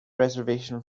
reservation